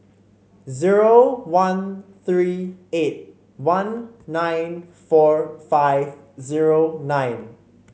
zero one three eight one nine four five zero nine